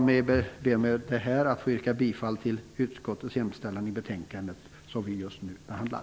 Med detta ber jag att få yrka bifall till utskottets hemställan i det betänkande som vi just nu behandlar.